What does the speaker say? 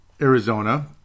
Arizona